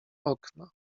okna